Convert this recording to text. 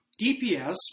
DPS